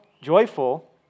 joyful